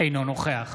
אינו נוכח